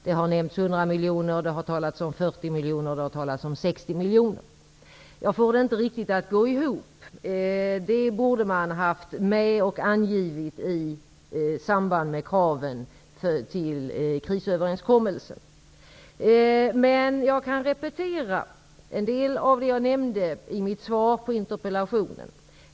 Det har nämnts 100 miljoner, 40 miljoner och 60 miljoner. Jag får det inte riktigt att gå ihop. Det här borde ha funnits med i samband med kraven i krisöverenskommelsen. Jag kan repetera en del av det jag nämnde i mitt svar på interpellationen.